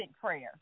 prayer